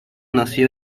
nació